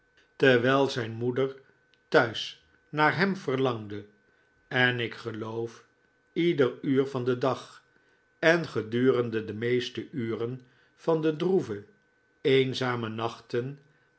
terwijl zijn moeder thuis naar hem verlangde en ik geloof ieder uur van den dag en gedurende de meeste uren van de droeve eenzame nachten